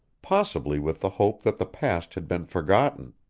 possibly with the hope that the past had been forgotten.